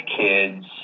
kids